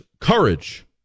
courage